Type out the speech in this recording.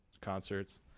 concerts